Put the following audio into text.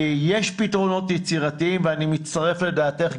יש פתרונות יצירתיים ואני מצטרף לדעתך,